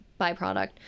byproduct